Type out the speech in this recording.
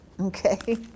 okay